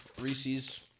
Reese's